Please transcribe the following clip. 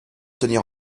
tenir